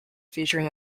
featuring